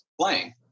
playing